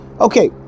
Okay